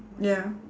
ya